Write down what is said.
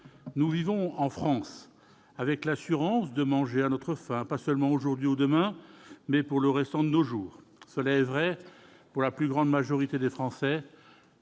Nous vivons en France, avec l'assurance de manger à notre faim, pas seulement aujourd'hui ou demain, mais pour le restant de nos jours. C'est vrai pour la plus grande majorité des Français.